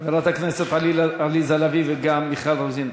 חברת הכנסת עליזה לביא וגם מיכל רוזין,